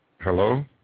Hello